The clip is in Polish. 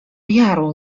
jaru